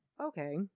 okay